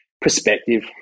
Perspective